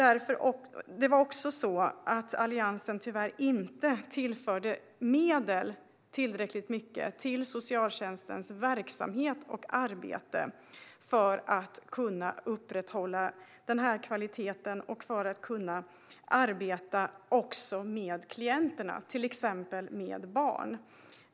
Alliansen tillförde tyvärr inte heller tillräckliga medel till socialtjänstens verksamhet och arbete för att kunna upprätthålla kvaliteten och för att också kunna arbeta med klienterna, till exempel barn.